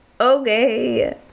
okay